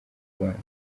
rwanda